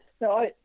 No